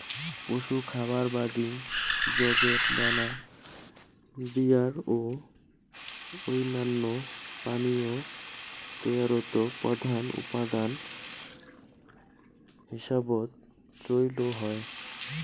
পশু খাবার বাদি যবের দানা বিয়ার ও অইন্যান্য পানীয় তৈয়ারত প্রধান উপাদান হিসাবত চইল হয়